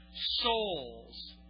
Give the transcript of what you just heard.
souls